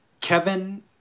Kevin